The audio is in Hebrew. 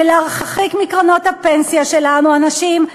ולהרחיק מקרנות הפנסיה שלנו אנשים,